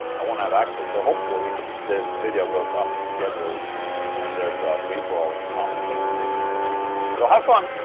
i won't have access, so hopefully this video goes up scheduled and there's a free-for-all in the comment section basically so have fun